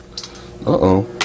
Uh-oh